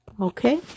Okay